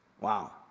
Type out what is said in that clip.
Wow